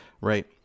Right